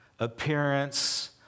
Appearance